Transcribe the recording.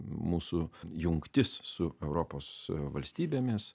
mūsų jungtis su europos valstybėmis